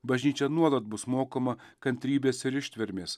bažnyčia nuolat bus mokoma kantrybės ir ištvermės